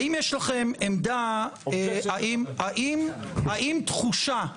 האם יש לכם עמדה האם תחושה --- גלעד,